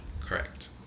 Correct